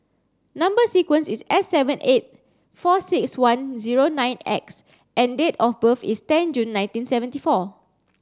number sequence is S seven eight four six one zero nine X and date of birth is ten June nineteen seventy four